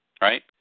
right